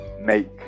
make